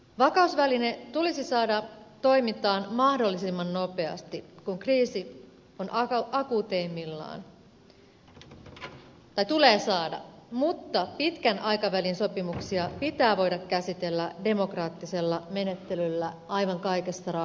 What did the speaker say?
vakausväline tulee saada toimintaan mahdollisimman nopeasti kun kriisi on akuuteimmillaan mutta pitkän aikavälin sopimuksia pitää voida käsitellä demokraattisella menettelyllä aivan kaikessa rauhassa